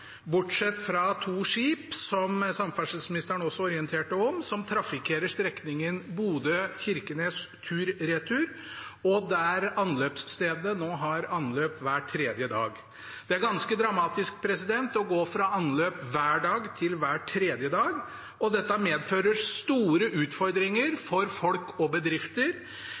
bortsett fra to skip – som samferdselsministeren også orienterte om – som trafikkerer strekningen Bodø–Kirkenes tur-retur, og der anløpsstedene nå har anløp hver tredje dag. Det er ganske dramatisk å gå fra anløp hver dag til hver tredje dag, og dette medfører store utfordringer for folk og bedrifter.